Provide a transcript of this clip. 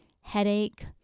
headache